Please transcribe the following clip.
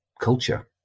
culture